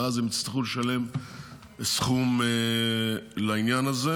אז הם צריכים לשלם סכום לעניין הזה.